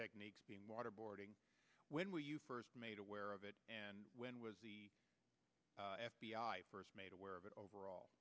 techniques being waterboarding when were you first made aware of it and when was the f b i first made aware of it overall